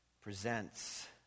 presents